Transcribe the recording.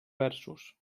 versos